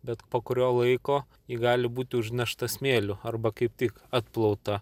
bet po kurio laiko ji gali būti užnešta smėliu arba kaip tik atplauta